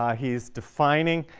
um he's defining